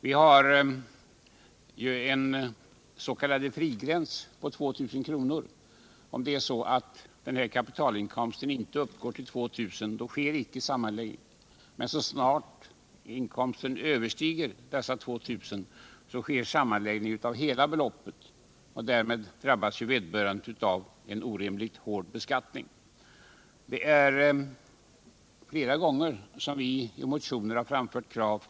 Vi har en s.k. frigräns om kapitalinkomsten inte uppgår till 2 000 kr. I sådana fall sker ingen sammanläggning, men så snart inkomsten överstiger dessa 2000 sker sammanläggning av hela beloppet. Därmed drabbas vederbörande av en orimligt hård beskattning. Vi har flera gånger framfört krav i denna fråga i motioner.